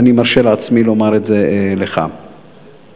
ואני מרשה לעצמי לומר לך את זה.